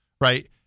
right